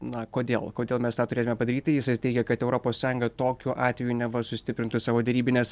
na kodėl kodėl mes tą turėtume padaryti jisai teigia kad europos sąjunga tokiu atveju neva sustiprintų savo derybines